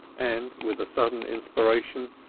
and, with a sudden inspiration,